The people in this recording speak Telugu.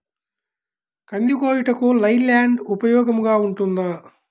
కంది కోయుటకు లై ల్యాండ్ ఉపయోగముగా ఉంటుందా?